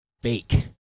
Fake